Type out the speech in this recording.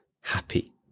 happy